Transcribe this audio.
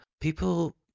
people